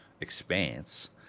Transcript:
expanse